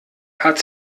hat